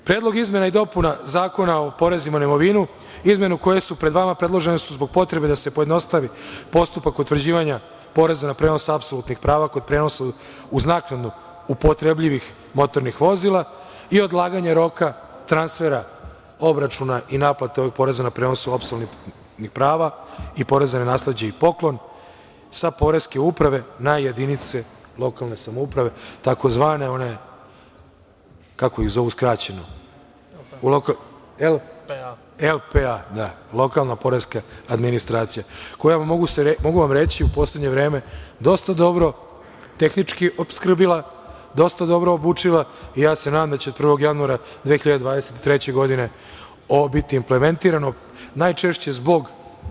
Predlog izmena i dopuna Zakona o porezima na imovinu, izmene koje su pred vama predložene su zbog potrebe da se pojednostavi postupak utvrđivanja poreza na prenos apsolutnih prava kod prenosa uz naknadnu upotrebljivih motornih vozila i odlaganje roka transfera obračuna i naplate ovog poreza na prenosu apsolutnih prava i poreza na nasleđe i poklon sa Poreske uprave na jedinice lokalne samouprave takozvane, kako ih zovu skraćeno, LPA, lokalna poreska administracija, koja, mogu vam reći, u poslednje vreme dosta dobro tehnički opskrbila, dosta dobro obučila i ja se nadam da će 1. januara 2023. godine ovo biti implementirano najčešće zbog…